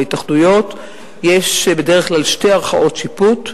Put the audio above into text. בהתאחדויות יש בדרך כלל שתי ערכאות שיפוט.